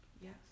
Yes